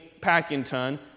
Packington